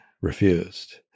refused